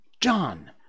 John